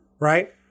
right